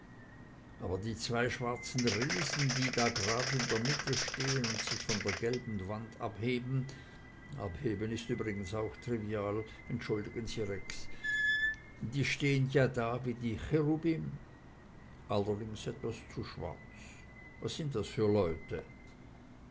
aber die zwei schwarzen riesen die da grad in der mitte stehn und sich von der gelben wand abheben abheben ist übrigens auch trivial entschuldigen sie rex die stehen ja da wie die cherubim allerdings etwas zu schwarz was sind das für leute